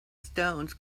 stones